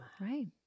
Right